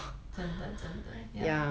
真的真的